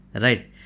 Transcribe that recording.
right